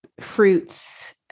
fruits